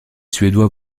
suédois